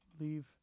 Leave